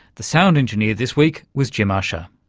the sound engineer this week was jim ussher.